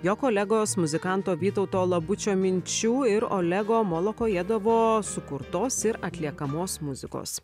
jo kolegos muzikanto vytauto labučio minčių ir olego molokojedovo sukurtos ir atliekamos muzikos